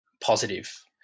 positive